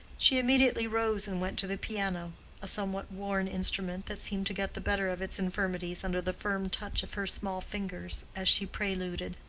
she immediately rose and went to the piano a somewhat worn instrument that seemed to get the better of its infirmities under the firm touch of her small fingers as she preluded.